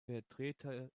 vertreter